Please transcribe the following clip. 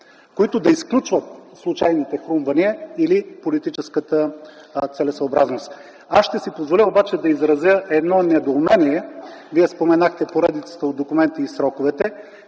които да изключват случайните хрумвания или политическата целесъобразност. Ще си позволя обаче да изразя едно недоумение. Вие споменахте поредицата от документи и сроковете,